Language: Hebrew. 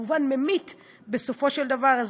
וכמובן ממית בסופו של דבר.